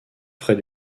frais